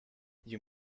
you